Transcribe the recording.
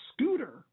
Scooter